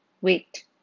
Wait